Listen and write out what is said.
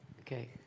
Okay